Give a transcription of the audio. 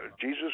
Jesus